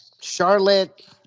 Charlotte